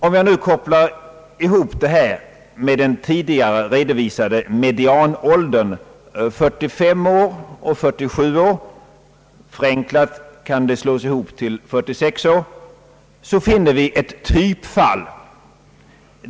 Om jag kopplar ihop detta med den tidigare redovisade medianåldern 45 och 47 år — som förenklat kan slås ihop till 46 år — så finner vi ett typfall.